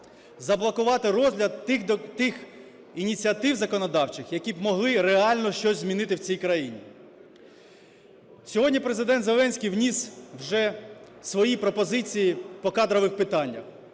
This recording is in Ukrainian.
заблокувати розгляд тих ініціатив законодавчих, які б могли реально щось змінити в цій країні. Сьогодні Президент Зеленський вніс вже свої пропозиції по кадрових питаннях.